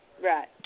Right